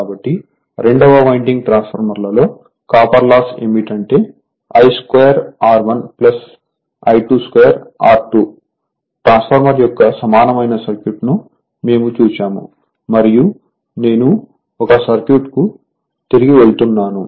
కాబట్టి రెండవ వైండింగ్ ట్రాన్స్ఫార్మర్లో కాపర్ లాస్ ఏమిటంటే I22 R1 I22 R2 transformer యొక్క సమానమైన సర్క్యూట్ను మేము చూశాము మరియు నేను 1 సర్క్యూట్కు తిరిగి వెళ్తున్నాను